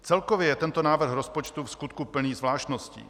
Celkově je tento návrh rozpočtu vskutku plný zvláštností.